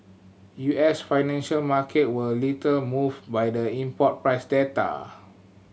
U S financial market were little moved by the import price data